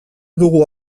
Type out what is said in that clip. dugu